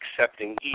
accepting